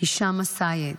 הישאם א-סייד,